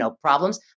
problems